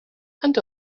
and